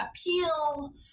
appeal